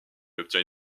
obtient